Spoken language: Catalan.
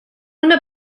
una